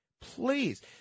Please